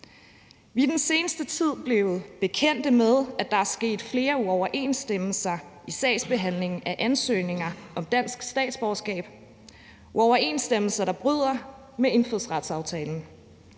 i den seneste tid blevet bekendt med, at der har været flere uoverensstemmelser i sagsbehandlingen af ansøgninger om dansk statsborgerskab – uoverensstemmelser, der bryder med indfødsretsaftalen,